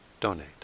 donate